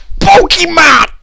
Pokemon